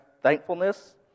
thankfulness